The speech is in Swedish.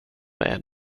med